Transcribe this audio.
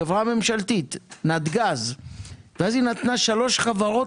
חברה ממשלתית נתג"ז ואז היא נתנה שלוש חברות